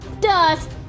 dust